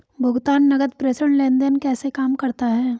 भुगतान नकद प्रेषण लेनदेन कैसे काम करता है?